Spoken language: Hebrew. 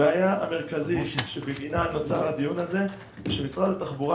הבעיה המרכזית שבגינה נוצר הדיון הזה הוא שמשרד התחבורה